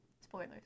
Spoilers